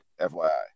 fyi